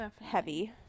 Heavy